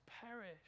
perish